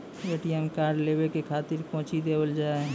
ATM card लेवे के खातिर कौंची देवल जाए?